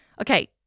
Okay